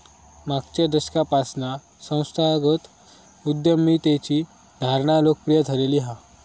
मागच्या दशकापासना संस्थागत उद्यमितेची धारणा लोकप्रिय झालेली हा